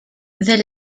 the